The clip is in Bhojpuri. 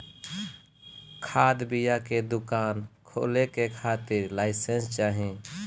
खाद बिया के दुकान खोले के खातिर लाइसेंस चाही